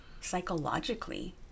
psychologically